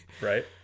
right